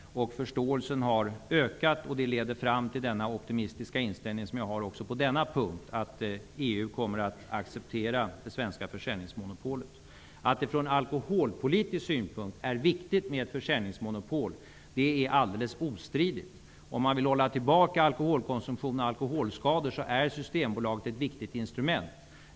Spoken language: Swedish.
Förståelsen har ökat och det leder fram till den optimistiska inställning som jag har också på denna punkt, att EU kommer att acceptera det svenska försäljningsmonopolet. Att det från alkoholpolitisk synpunkt är viktigt med ett försäljningsmonopol är alldeles ostridigt. Om man vill hålla tillbaka alkoholkonsumtionen och alkoholskadorna är Systembolaget ett viktigt instrument.